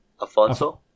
Afonso